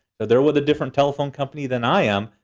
so they were were the different telephone company than i am,